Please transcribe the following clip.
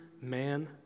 man